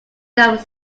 them